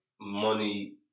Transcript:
money